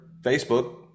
Facebook